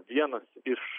vienas iš